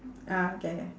ah okay K